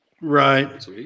Right